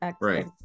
Right